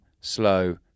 slow